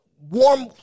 warm